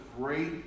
great